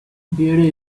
beauty